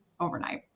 overnight